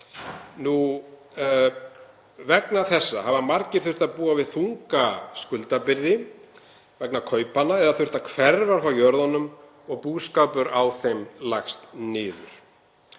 Vegna þessa hafa margir þurft að búa við þunga skuldabyrði vegna kaupanna eða þurft að hverfa frá jörðunum og búskapur á þeim lagst niður.